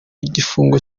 igifungo